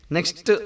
Next